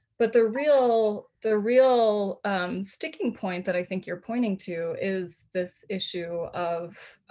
but the real the real sticking point that i think you're pointing to is this issue of